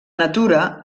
natura